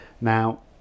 Now